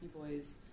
Boys